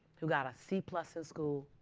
who got a c plus in school.